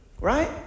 Right